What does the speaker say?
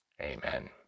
Amen